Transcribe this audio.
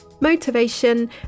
motivation